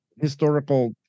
historical